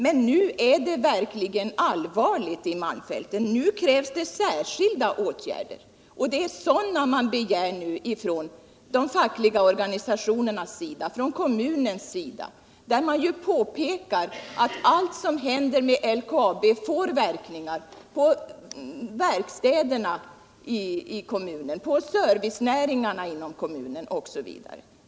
Men nu är läget i malmfälten verkligen allvarligt. Nu krävs det särskilda åtgärder. Och det är sådana man begär från de fackliga organisationernas och från kommunernas sida. Man pekar på att allt som händer med LKAB får verkningar i kommunen — på verkstäderna, inom servicenäringarna osv.